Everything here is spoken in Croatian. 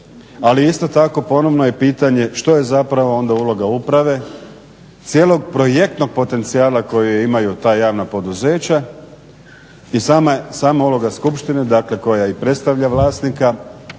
Ali isto tako ponovno je pitanje što je zapravo onda uloga uprave, cijelog projektnog potencijala koji imaju ta javna poduzeća i sama uloga skupštine, dakle koja i predstavlja vlasnika